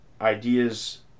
ideas